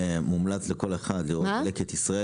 מומלץ לכל אחד לראות את לקט ישראל,